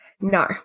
No